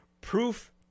Proof